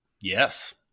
Yes